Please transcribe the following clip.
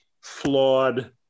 flawed